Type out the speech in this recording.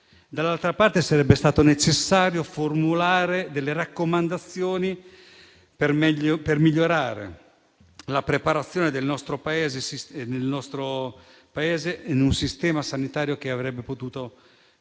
Dall'altra parte, sarebbe stato necessario formulare delle raccomandazioni per implementare la preparazione nel nostro Paese, con un sistema sanitario che avrebbe potuto avere